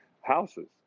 houses